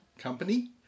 company